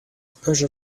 pressure